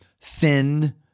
thin